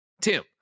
Tim